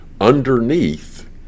underneath